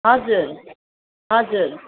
हजुर हजुर